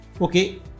okay